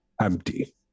empty